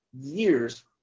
years